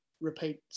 repeat